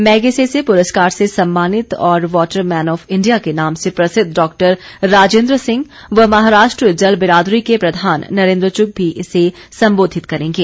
Magsaysay पुरस्कार से सम्मानित और वॉटर मैन ऑफ इंडिया के नाम से प्रसिद्ध डॉ राजेंद्र सिंह व महाराष्ट्र जल बिरादरी के प्रधान नरेंद्र चुग्ग भी इसे संबोधित करेंगे